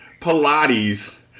Pilates